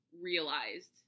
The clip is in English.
realized